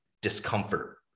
discomfort